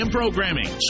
programming